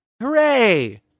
Hooray